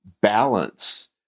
balance